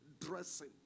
dressing